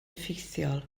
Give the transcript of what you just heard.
effeithiol